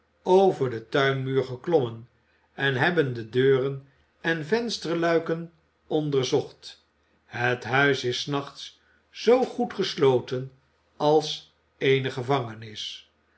over den tuinmuur geklommen en hebben de deuren en vensterluiken onderzocht het huis is s nachts zoo goed gesloten als eene gevangenis